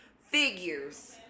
figures